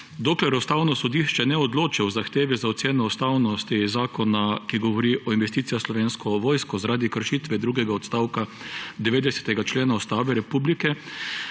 Dokler Ustavno sodišče ne odloči o zahtevi za oceno ustavnosti zakona, ki govori o investicijah v Slovensko vojsko, zaradi kršitve drugega odstavka 90. člena Ustave Republike,